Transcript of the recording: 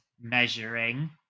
measuring